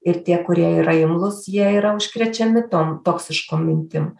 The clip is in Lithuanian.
ir tie kurie yra imlūs jie yra užkrečiami tom toksiškom mintim